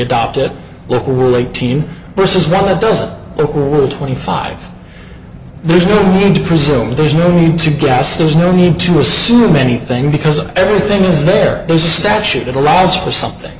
adopted local rule eighteen versus well it doesn't rule twenty five there's no need to presume there's no need to guess there's no need to assume anything because everything is there there's a statute that allows for something